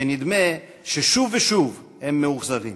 ונדמה ששוב ושוב הם מאוכזבים.